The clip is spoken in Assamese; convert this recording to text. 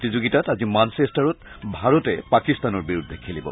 প্ৰতিযোগিতাত আজি মানচেষ্টাৰত ভাৰতে পাকিস্তানৰ বিৰুদ্ধে খেলিব